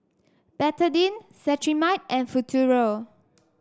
Betadine Cetrimide and Futuro